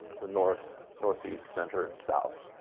the north, northeast, center, and south.